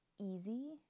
easy